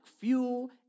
fuel